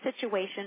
situation